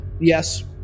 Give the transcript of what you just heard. Yes